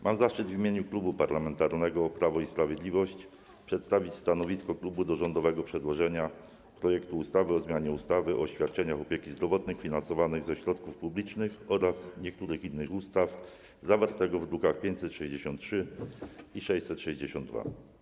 Mam zaszczyt w imieniu Klubu Parlamentarnego Prawo i Sprawiedliwość przedstawić stanowisko klubu wobec rządowego przedłożenia projektu ustawy o zmianie ustawy o świadczeniach opieki zdrowotnej finansowanych ze środków publicznych oraz niektórych innych ustaw, druki nr 563 i 662.